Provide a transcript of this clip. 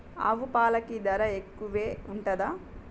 ఆవు పాలకి ధర ఎక్కువే ఉంటదా?